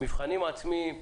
מבחנים עצמיים.